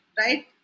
right